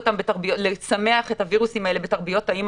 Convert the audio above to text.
מתחילים לצמח את הווירוסים האלה בתרביות תאים,